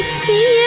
see